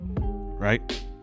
Right